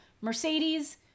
Mercedes